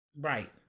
Right